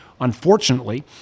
unfortunately